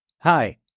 Hi